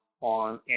on